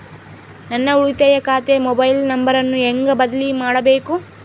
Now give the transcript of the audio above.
ನನ್ನ ಉಳಿತಾಯ ಖಾತೆ ಮೊಬೈಲ್ ನಂಬರನ್ನು ಹೆಂಗ ಬದಲಿ ಮಾಡಬೇಕು?